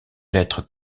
lettre